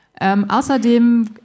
Außerdem